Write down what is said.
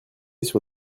sur